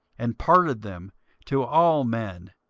and parted them to all men,